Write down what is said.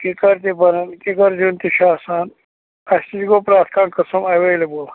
کِکر تہِ بَنن کِکر زیُن تہِ چھُ آسان اَسہِ نِش گوٚو پرٛتھ کانٛہہ قٔسٕم ایویلیبٕل